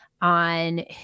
on